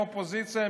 מהאופוזיציה,